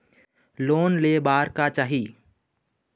Loan ले बार का चाही?